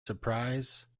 surprise